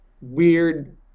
weird